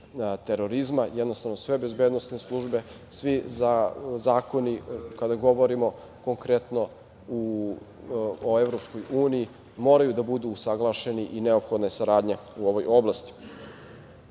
terorizma. Jednostavno, sve bezbednosne službe, svi zakoni kada govorimo konkretno o EU moraju da budu usaglašeni i neophodna je saradnja u ovoj oblasti. Sve